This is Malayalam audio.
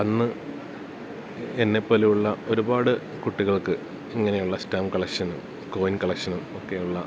അന്ന് എന്നേപ്പോലെയുള്ള ഒരുപാട് കുട്ടികൾക്ക് ഇങ്ങനെ ഉള്ള സ്റ്റാമ്പ് കളക്ഷനും കോയിൻ കളക്ഷനും ഒക്കെ ഉള്ള